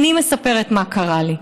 אני מספרת מה קרה לי.